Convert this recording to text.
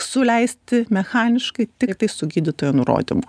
suleisti mechaniškai tiktai su gydytojo nurodymu